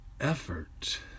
effort